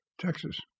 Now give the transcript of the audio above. Texas